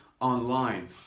online